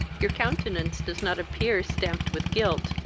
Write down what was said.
your countenance does not appear stamped with guilt,